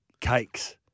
cakes